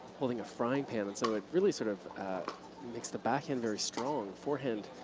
holding a frying pan. so it really sort of makes the backhand very strong. forehand,